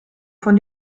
von